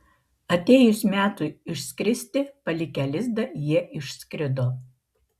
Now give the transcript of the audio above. atėjus metui išskristi palikę lizdą jie išskrido